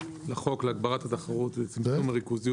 לחוק להגברת התחרות ולצמצום הריכוזיות